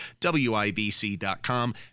WIBC.com